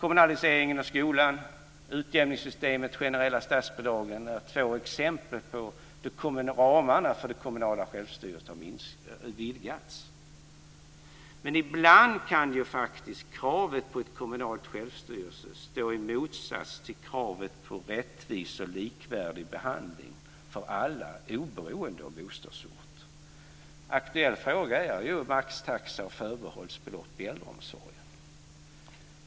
Kommunaliseringen av skolan, utjämningssystemet och de generella statsbidragen är två exempel på hur ramarna för det kommunala självstyret har vidgats. Ibland kan faktiskt kravet på kommunalt självstyre stå i motsats till kravet på rättvis och likvärdig behandling för alla oberoende av bostadsort.